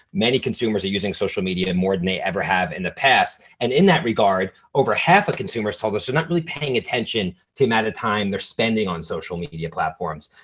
many consumers are using social media and more than they ever have in the past. and in that regard, over half of consumers told us they're not really paying attention to amount of time they're spending on social media platforms.